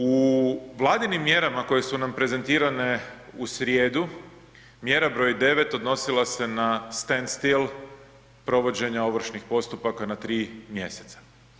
U vladinim mjerama koje su nam prezentirane u srijedu, mjera broj 9 odnosila se na stand still provođenja ovršnih postupak na tri mjeseca.